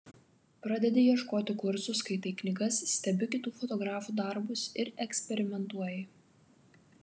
pradedi ieškoti kursų skaitai knygas stebi kitų fotografų darbus ir eksperimentuoji